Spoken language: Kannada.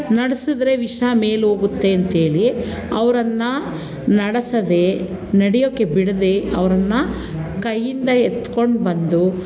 ನಡಿಸಿದ್ರೆ ವಿಷ ಮೇಲೆ ಹೋಗುತ್ತೇಂತ ಹೇಳಿ ಅವರನ್ನ ನಡೆಸದೇ ನಡೆಯೋಕ್ಕೆ ಬಿಡದೇ ಅವ್ರನ್ನು ಕೈಯ್ಯಿಂದ ಎತ್ಕೊಂಡು ಬಂದು